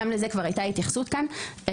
גם לזה כבר הייתה כאן התייחסות.